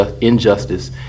injustice